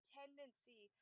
tendency